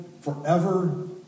forever